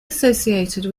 associated